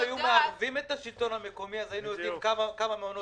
אם היו מערבים את השלטון המקומי אז היינו יודעים כמה מעונות יום יש.